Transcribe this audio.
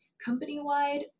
company-wide